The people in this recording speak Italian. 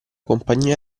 compagnia